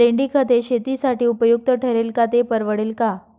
लेंडीखत हे शेतीसाठी उपयुक्त ठरेल का, ते परवडेल का?